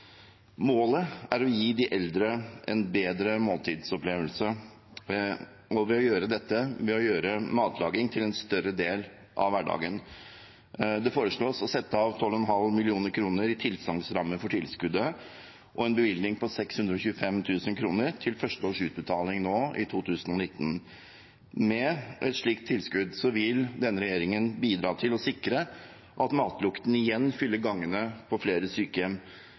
Målet er å gi de eldre en bedre måltidsopplevelse ved å gjøre matlaging til en større del av hverdagen. Det foreslås å sette av 12,5 mill. kr i tilstandsramme for tilskuddet og en bevilgning på 625 000 kr til første års utbetaling nå i 2019. Med et slikt tilskudd vil denne regjeringen bidra til å sikre at matlukten igjen fyller gangene på flere sykehjem.